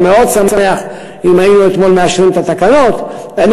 הייתי שמח מאוד אם היינו מאשרים את התקנות אתמול,